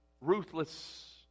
ruthless